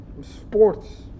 sports